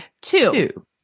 Two